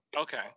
okay